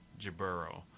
Jaburo